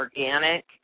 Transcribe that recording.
organic